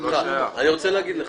אני רוצה להגיד לך,